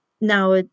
now